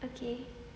okay